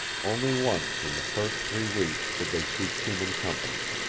only once in the first three weeks did they seek human company.